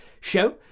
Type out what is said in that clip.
show